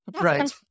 Right